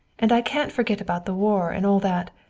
and i can't forget about the war and all that.